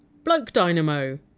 bloke dynamo.